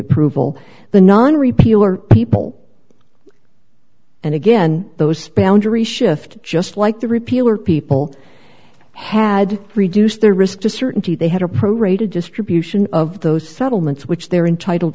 approval the non repeal or people and again those injury shift just like the repeal or people had reduced their risk to certainty they had a pro rated distribution of those settlements which they're entitled